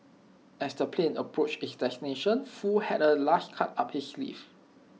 as the plane approached its destination Foo had A last card up his sleeve